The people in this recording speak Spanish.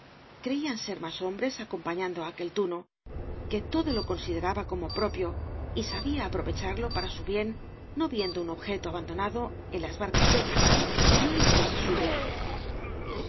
creían ser más hom bres acompañando á aquel tuno que todo lo consideraba como propio y sabia aprovecharlo para su bien no viendo un objeto abandonado en las barcas del canal que no lo hiciesen suyo